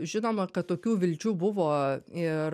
žinoma kad tokių vilčių buvo ir